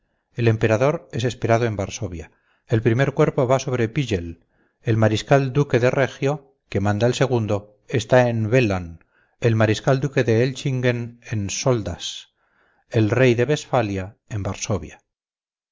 el emperador es esperado en varsovia el primer cuerpo va sobre piegel el mariscal duque de regio que manda el segundo está en wehlan el mariscal duque de elchingen en soldass el rey de westphalia en varsovia